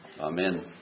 amen